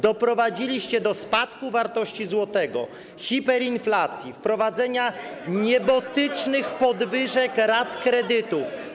Doprowadziliście do spadku wartości złotego, hiperinflacji, wprowadzenia niebotycznych podwyżek rat kredytów.